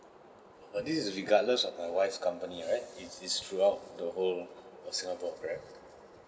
this is regardless of my wife's company right it it's throughout the whole of singapore correct